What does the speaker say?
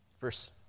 Verse